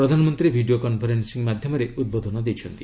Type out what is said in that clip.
ପ୍ରଧାନମନ୍ତ୍ରୀ video conferencing ମାଧ୍ୟମରେ ଉଦ୍ବୋଧନ ଦେଇଛନ୍ତି